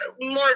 more